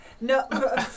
No